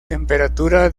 temperatura